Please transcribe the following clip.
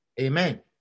Amen